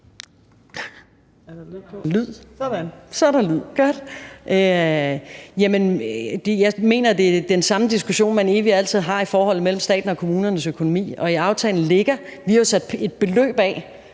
Rosenkrantz-Theil): Jeg mener, at det er den samme diskussion, man evig og altid har om forholdet mellem statens og kommunernes økonomi. I aftalen ligger, at vi jo har sat det beløb af,